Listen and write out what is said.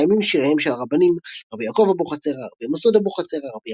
קיימים שיריהם של הרבנים רבי יעקב אבוחצירא רבי מסעוד אבוחצירא רבי